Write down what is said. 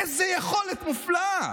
איזו יכולת מופלאה.